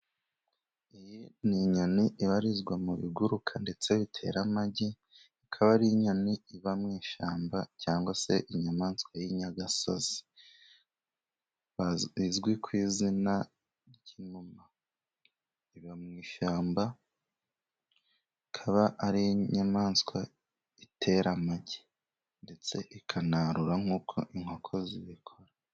Iyi ni inyoni ibarizwa mu biguruka ndetse bitera amagi, ikaba ari inyoni iba mu ishyamba cyangwa se inyamaswa y'inyagasozi, izwi ku izina ry'inuma. Iba mu ishyamba, ikaba ari inyamaswa itera amagi, ndetse ikanarura nk'uko inkoko zibikora.